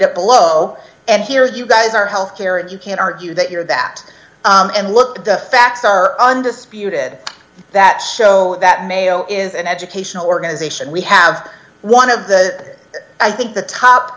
that below and here you guys are health care and you can argue that you're that and look at the facts are undisputed that show that mayo is an educational organization we have one of the i think the